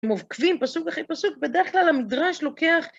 אם עוקבים, פסוק אחרי פסוק, בדרך כלל המדרש לוקח...